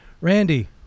Randy